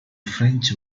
french